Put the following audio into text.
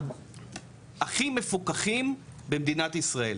הכי מפוקחים במדינת ישראל,